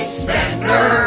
spender